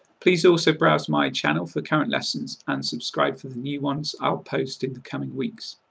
please also browse my channel for current lessons and subscribe for the new ones i'll post in the coming weeks.